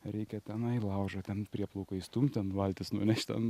reikia tenai laužą ten prieplaukoj įstumt ten valtis nunešt ten